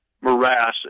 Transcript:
morass